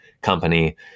company